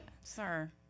sir